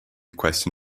question